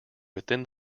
within